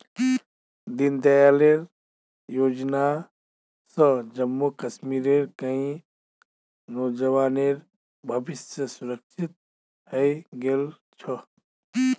दीनदयाल योजना स जम्मू कश्मीरेर कई नौजवानेर भविष्य सुरक्षित हइ गेल छ